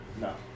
No